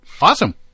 Awesome